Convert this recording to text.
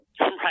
right